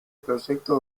proyecto